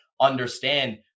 understand